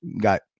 got